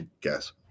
guess